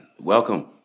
Welcome